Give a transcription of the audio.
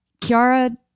kiara